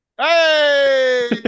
Hey